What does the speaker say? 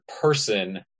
person